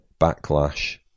backlash